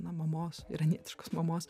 na mamos iranietiškos mamos